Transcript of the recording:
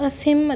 ਅਸਹਿਮਤ